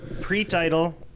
Pre-title